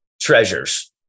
treasures